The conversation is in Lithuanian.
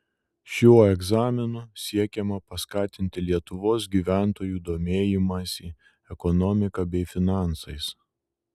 šiuo egzaminu siekiama paskatinti lietuvos gyventojų domėjimąsi ekonomika bei finansais